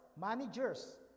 managers